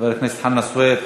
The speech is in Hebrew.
חבר הכנסת חנא סוייד?